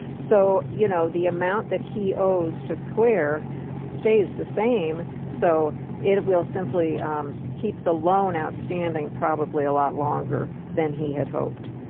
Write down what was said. so, you know, the amount that he owes to square stays the same. so it will simply um keep the loan outstanding probably a lot longer than he had hoped.